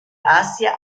asia